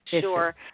Sure